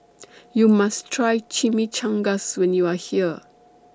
YOU must Try Chimichangas when YOU Are here